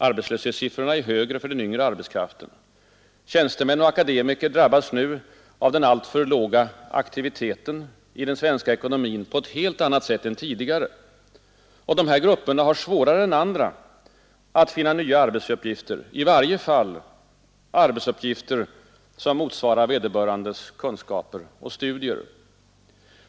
Arbetslöshetssiffrorna är högre för den yngre arbetskraften. Tjänstemän och akademiker drabbas nu av den alltför låga aktiviteten i den svenska ekonomin på ett helt annat sätt än tidigare. Och des a grupper har det svårare än andra att finna nya arbetsuppgifter — i varje fall arbetsuppgifter som motsvarar vederbörandes kunskaper och studier.